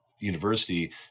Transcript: University